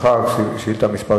מאחר שהמורות סירבו,